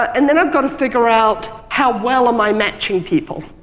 and then i've got to figure out, how well am i matching people.